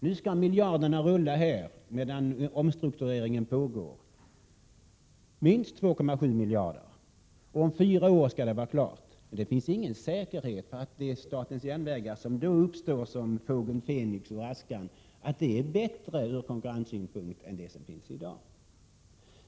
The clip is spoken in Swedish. Nu skall miljarderna rulla medan omstruktureringen pågår — minst 2,7 miljarder — och om fyra år skall den vara klar. Det finns ingen säkerhet för att de statens järnvägar som då uppstår som fågel Fenix ur askan är bättre ur konkurrenssynpunkt än de som finns i dag.